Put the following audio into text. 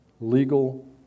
legal